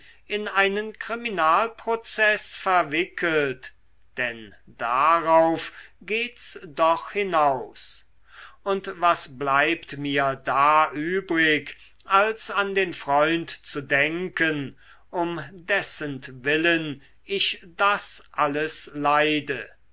in einen kriminalprozeß verwickelt denn darauf geht's doch hinaus und was bleibt mir da übrig als an den freund zu denken um dessentwillen ich das alles leide